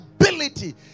ability